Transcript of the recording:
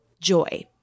joy